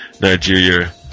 Nigeria